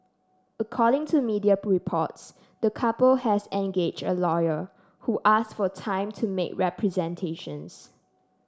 according to media reports the couple has engage a lawyer who asked for time to make representations